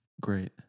great